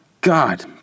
God